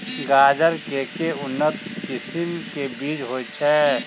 गाजर केँ के उन्नत किसिम केँ बीज होइ छैय?